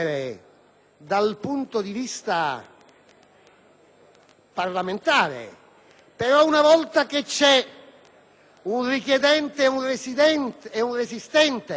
parlamentare: una volta che ci sono un richiedente e un resistente, perché negare